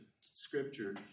scripture